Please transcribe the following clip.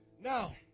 Now